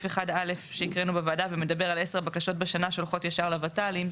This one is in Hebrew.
מדבר על כעשר בקשות בשנה שהולכות ישר לות"לים.